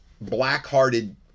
black-hearted